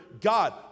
God